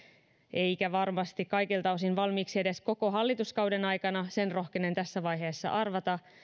eikä varmasti kaikilta osin valmiiksi edes koko hallituskauden aikana sen rohkenen tässä vaiheessa arvata